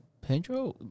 Pedro